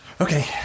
okay